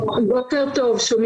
בוקר טוב,